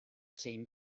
zein